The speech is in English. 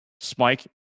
spike